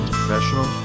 professional